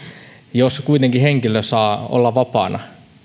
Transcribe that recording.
jos kuitenkin henkilö saa olla vapaana